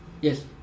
Yes